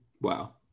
Wow